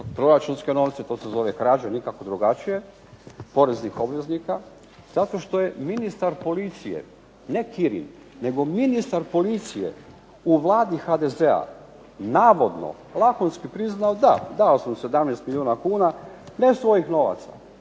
proračunske novce, to se zove krađa, nikako drugačije, poreznih obveznika, zato što je ministar policije ne Kirin, nego ministar policije u Vladi HDZ-a navodno lakonski priznao da, dao sam 17 milijuna kuna, ne svojih novaca,